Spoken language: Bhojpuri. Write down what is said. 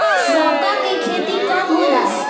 लौका के खेती कब होला?